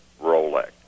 Rolex